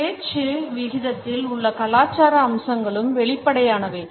பேச்சு விகிதத்தில் உள்ள கலாச்சார அம்சங்களும் வெளிப்படையானவை